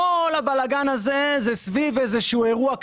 כל הבלגן הזה הוא סביב איזה שהוא אירוע קטנטן,